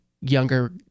younger